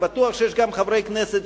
ואני בטוח שיש גם חברי כנסת,